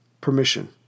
Permission